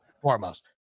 foremost